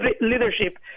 leadership